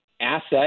asset